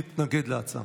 להתנגד להצעה.